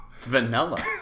Vanilla